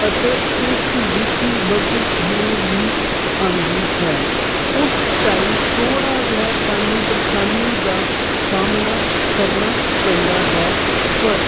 ਅਤੇ ਉਸ ਵਿੱਚ ਬਦਬੂ ਵੀ ਆਉਂਦੀ ਹੈ ਉਸ ਟਾਈਮ ਥੋੜ੍ਹਾ ਜਿਹਾ ਸਾਨੂੰ ਪਰੇਸ਼ਾਨੀ ਦਾ ਸਾਹਮਣਾ ਕਰਨਾ ਪੈਂਦਾ ਹੈ ਪਰ